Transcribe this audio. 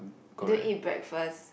don't eat breakfast